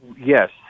yes